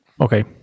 Okay